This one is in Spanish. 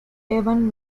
evan